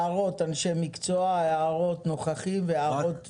הערות אנשי מקצוע, הערות נוכחים והערות זום.